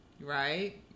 right